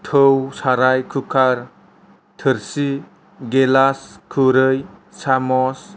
थाै साराय कुखार थोरसि गिलास खुरै सामस